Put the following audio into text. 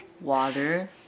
Water